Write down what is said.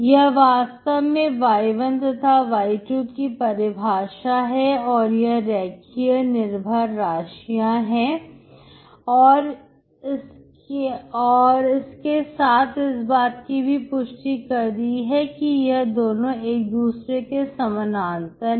यह वास्तव में y1 तथा y2 की परिभाषा है और रेखीय निर्भर राशियां हैं और यह के साथ इस बात की भी पुष्टि कर दी है कि यह दोनों एक दूसरे के समानांतर हैं